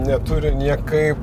neturi niekaip